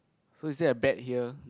so is it a bet here